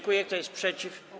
Kto jest przeciw?